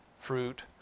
fruit